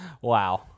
Wow